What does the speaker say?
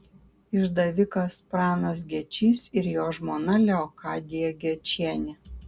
išdavikas pranas gečys ir jo žmona leokadija gečienė